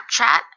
Snapchat